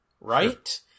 right